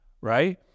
right